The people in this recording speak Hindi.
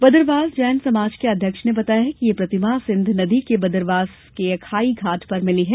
बदरवास जैन समाज के अध्यक्ष ने बताया कि यह प्रतिमा सिंध नदी के बदरवास के अखाई घाट पर मिली है